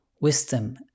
wisdom